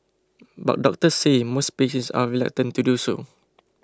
but doctors say most patients are reluctant to do so